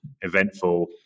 eventful